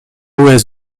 ouest